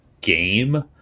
game